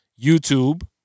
YouTube